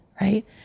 right